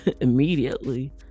immediately